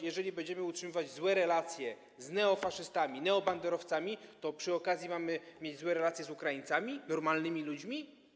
Jeżeli będziemy utrzymywać złe relacje z neofaszystami, neobanderowcami, to przy okazji mamy mieć złe relacje z Ukraińcami, normalnymi ludźmi?